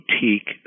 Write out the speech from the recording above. boutique